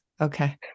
Okay